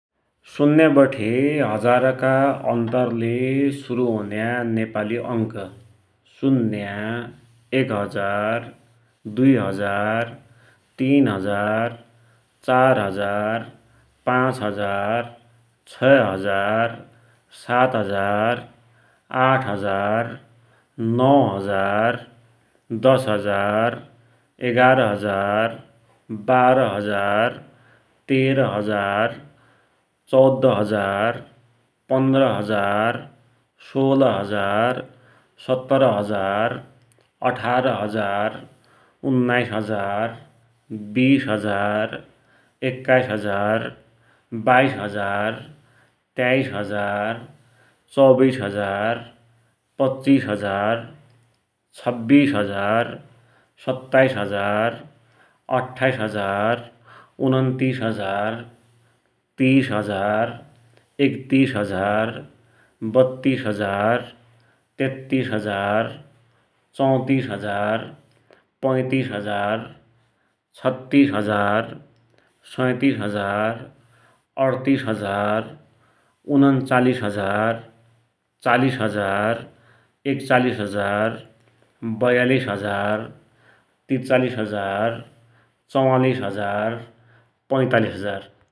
शुन्या वठे हजारका अन्तरले सुरु हुन्या नेपाली अंकः शुन्या, एक हजार, दुई हजार, तीन हजार, चार हजार, पाचँ हजार, छै हजार, सात हजार, आठ हजार, नौ हजार, दश हजार, एघार हजार, बाह्र हजार, तेर हजार, चौध हजार, पन्नर हजार, सोह्र हजार, सत्तर हजार, अठार हजार, उन्नाइस हजार, वीस हजार, एक्काइस हजार, बाइस हजार, तेइस हजार, चौविस हजार, पच्चिस हजार, छव्वीस हजार, सत्ताइस हजार, अठ्ठाइस हजार, उनन्तीस हजार, तीस हजार, एकतिस हजार, बत्तिस हजार, तेत्तिस हजार, चौतिस हजार, पैतिस हजार, छत्तिस हजार, सैतिस हजार, अठतिस हजार, उनन्चालिस हजार, चालिस हजार, एकचालिस हजार, बयालिस हजार, त्रिचालिस हजार, चौवालिस हजार, पैचालिस हजार ।